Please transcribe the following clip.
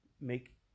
make